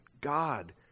God